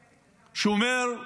שאומר: